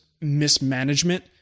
mismanagement